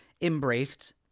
embraced